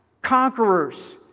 conquerors